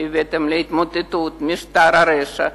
שהבאתם להתמוטטות משטר הרשע,